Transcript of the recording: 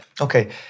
Okay